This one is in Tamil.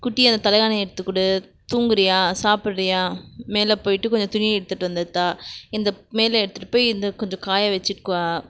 குட்டியானுக்கு தலைகானி எடுத்து கொடு தூங்குறியா சாப்பிட்றியா மேலே போயிவிட்டு கொஞ்சம் துணி எடுத்துகிட்டு வந்து தா இந்த மேலே எடுத்துகிட்டு போய் இந்த கொஞ்சம் காய வச்சுட்டுக் வா